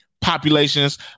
Populations